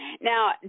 Now